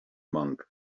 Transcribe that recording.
monk